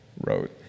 wrote